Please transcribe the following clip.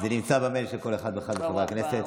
זה נמצא במייל של כל אחד ואחד מחברי הכנסת.